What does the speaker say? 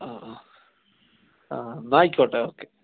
ആ ആ ആ എന്നാൽ ആയിക്കോട്ടെ ഓക്കെ